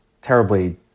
terribly